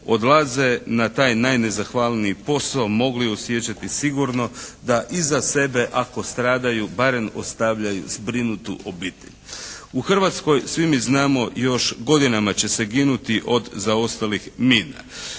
odlaze na taj nezahvalniji posao mogli osjećati sigurno da iza sebe ako stradaju barem ostavljaju zbrinutu obitelj. U Hrvatskoj svi mi znamo još godinama će se ginuti od zaostalih mina.